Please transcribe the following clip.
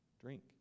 Drink